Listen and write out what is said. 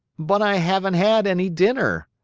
but i haven't had any dinner,